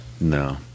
no